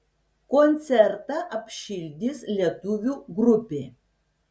koncertą apšildys lietuvių grupė